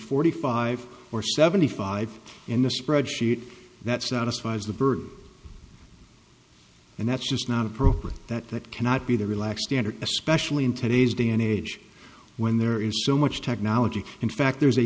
forty five or seventy five in the spreadsheet that satisfies the bird and that's just not appropriate that that cannot be the relaxed standard especially in today's day and age when there is so much technology in fact there's a